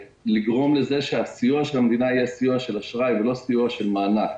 לגרום לכך שהסיוע של המדינה יהיה סיוע של אשראי ולא סיוע של מענק.